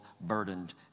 burdened